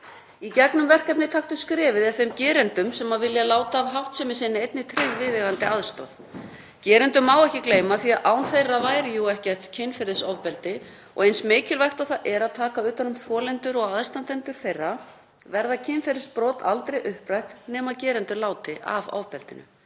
Í gegnum verkefnið Taktu skrefið er þeim gerendum sem vilja láta af háttsemi sinni einnig tryggð viðeigandi aðstoð. Gerendum má ekki gleyma því að án þeirra væri ekkert kynferðisofbeldi. Og eins mikilvægt og það er að taka utan um þolendur og aðstandendur þeirra verða kynferðisbrot aldrei upprætt nema gerendur láti af ofbeldinu.